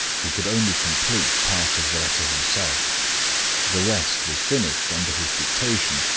he could only complete part of the letter himself the rest was finished, under his dictation,